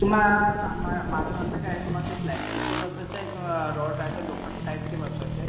तुम्हाला साम माझं म्हणणं काय आहे तुम्हाला ते प्लॅस्टिकचे बसवायचं आहे एकदम रॉट आयर्नचे लोखंड टाईपचे बसवायचे आहे